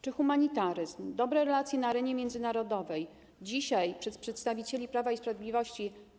Czy humanitaryzm i dobre relacje na arenie międzynarodowej to pojęcia obce przedstawicielom Prawa i Sprawiedliwości?